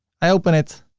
i open it